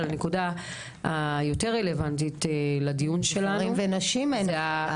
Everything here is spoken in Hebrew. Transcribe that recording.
אבל הנקודה היותר רלוונטית לדיון שלנו זה --- גברים ונשים זה.